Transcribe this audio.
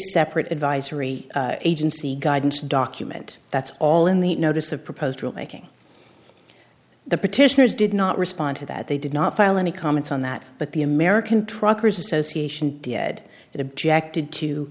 separate advisory agency guidance document that's all in the notice of proposed rule making the petitioners did not respond to that they did not file any comments on that but the american truckers association had objected to